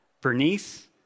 Bernice